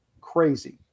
Crazy